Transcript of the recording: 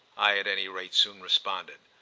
i at any rate soon responded.